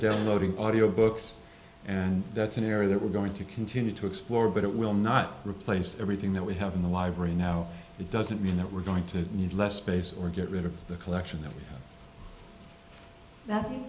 downloading audio books and that's an area that we're going to continue to explore but it will not replace everything that we have in the library now that doesn't mean that we're going to need less space or get rid of the collection that